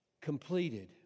completed